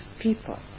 people